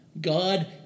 God